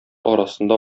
арасында